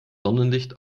sonnenlicht